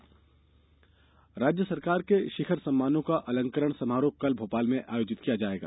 शिखर सम्मान राज्य सरकार के शिखर सम्मानों का अलंकरण समारोह कल भोपाल में आयोजित किया जायेगा